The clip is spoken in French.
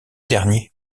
dernier